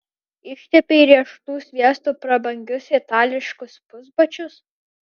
ištepei riešutų sviestu prabangius itališkus pusbačius